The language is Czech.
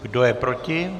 Kdo je proti?